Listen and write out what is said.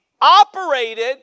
operated